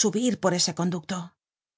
subir por ese conducto y